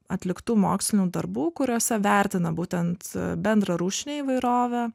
atliktų mokslinių darbų kuriuose vertina būtent bendrą rūšinę įvairovę